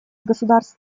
государств